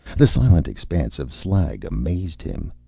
the silent expanse of slag amazed him.